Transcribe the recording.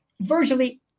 virtually